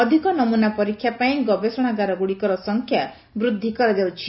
ଅଧିକ ନମନା ପରୀକ୍ଷା ପାଇଁ ଗବେଷଣାଗାର ଗୁଡ଼ିକର ସଂଖ୍ୟା ବୃଦ୍ଧି କରାଯାଉଛି